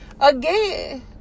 again